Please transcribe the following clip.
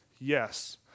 yes